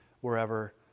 wherever